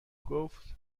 گفت